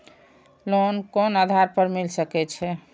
Loan कोन आधार पर मिल सके छे?